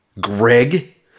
Greg